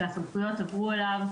שהסמכויות הועברו אליו,